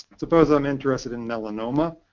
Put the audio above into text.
suppose i'm interested in melanoma.